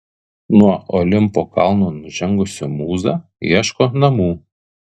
nuo olimpo kalno nužengusi mūza ieško namų